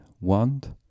want